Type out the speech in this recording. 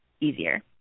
easier